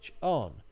on